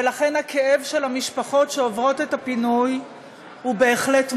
ולכן הכאב של המשפחות שעוברות את הפינוי הוא בהחלט מובן.